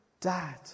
Dad